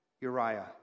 Uriah